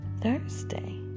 Thursday